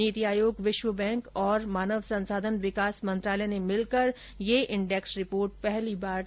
नीति आयोग विश्व बैंक और मानव संसाधन विकास मंत्रालय ने मिलकर यह इंडेक्स रिपोर्ट पहली बार तैयार की है